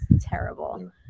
terrible